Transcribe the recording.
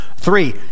Three